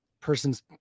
person's